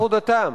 יוצרים.